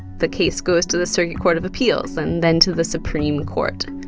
the case goes to the circuit court of appeals and then to the supreme court.